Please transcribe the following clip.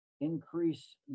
increase